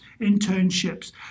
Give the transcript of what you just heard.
internships